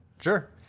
Sure